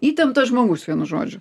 įtemptas žmogus vienu žodžiu